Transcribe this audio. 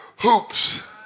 hoops